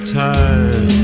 time